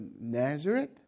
Nazareth